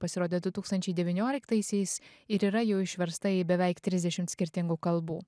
pasirodė du tūkstančiai devynioliktaisiais ir yra jau išversta į beveik trisdešimt skirtingų kalbų